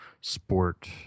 sport